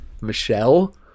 Michelle